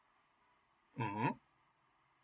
(uh huh)